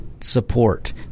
support